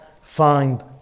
find